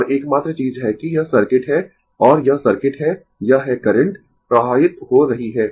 और एकमात्र चीज है कि यह सर्किट है और यह सर्किट है यह है करंट प्रवाहित हो रही है